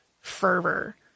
fervor